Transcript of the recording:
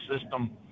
system